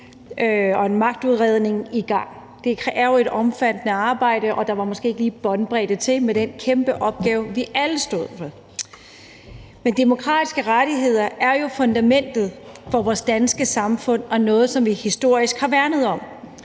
og magtudredning i gang. Det er jo et omfattende arbejde, og der var måske ikke lige båndbredde til det med den kæmpe opgave, vi alle stod med. Men demokratiske rettigheder er jo fundamentet for vores danske samfund og noget, som vi historisk har værnet om.